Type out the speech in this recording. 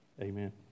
Amen